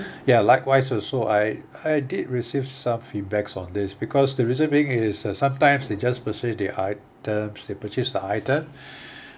ya likewise also I I did receive some feedbacks on this because the reason being is uh sometimes they just purchase the items they purchase the item